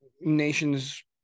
nation's